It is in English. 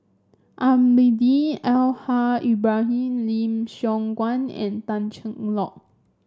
Almahdi Al Haj Ibrahim Lim Siong Guan and Tan Cheng Lock